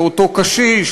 לאותו קשיש,